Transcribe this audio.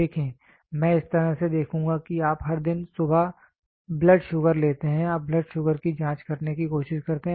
देखें मैं इस तरह से देखूँगा कि आप हर दिन सुबह ब्लड शुगर लेते हैं आप ब्लड शुगर की जांच करने की कोशिश करते हैं